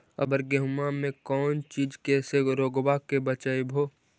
अबर गेहुमा मे कौन चीज के से रोग्बा के बचयभो?